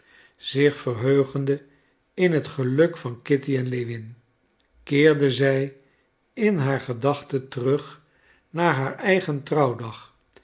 zich verheugende in het geluk van kitty en lewin keerde zij in haar gedachten terug naar haar eigen trouwdag